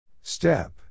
Step